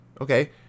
okay